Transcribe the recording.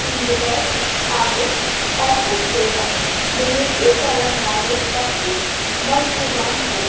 feedback आहे ऑसप सेवा डिलेवरी करण वारो शक्स बदिज़ुबान हो